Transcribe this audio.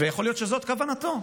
ויכול להיות שזאת כוונתו.